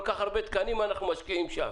כל כך הרבה תקנים אנחנו משקיעים שם.